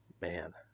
Man